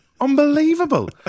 unbelievable